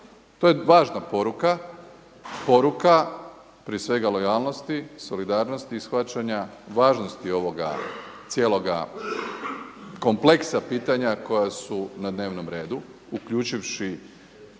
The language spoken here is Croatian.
to je važna poruka, poruka prije svega lojalnosti, solidarnosti i shvaćanja važnosti ovoga cijeloga kompleksa pitanja koja su na dnevnom redu uključivši